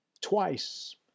Twice